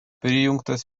prijungtas